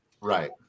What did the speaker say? right